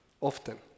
often